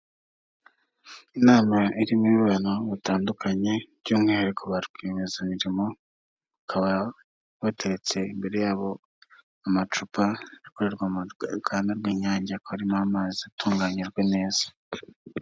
Inama irimo abantu batandukanye by'umwihariko ba rwiyemezamirimo, bakaba bateretse imbere yabo amacupa akorerwa mu ruganda rw'Inyange akaba arimo amazi atunganyijwe neza.